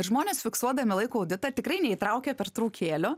žmonės fiksuodami laiko auditą tikrai neįtraukia pertraukėlių